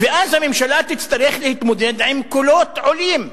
ואז הממשלה תצטרך להתמודד עם קולות עולים,